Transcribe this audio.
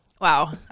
wow